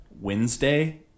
Wednesday